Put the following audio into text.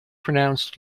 pronounced